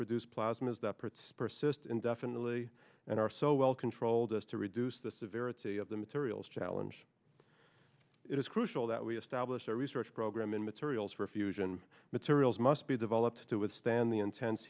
produce plasmas that parts persist indefinitely and are so well controlled as to reduce the severity of the materials challenge it is crucial that we establish a research program in materials for fusion materials must be developed to withstand the intense